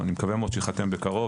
אני מקווה מאוד שיחתם בקרוב.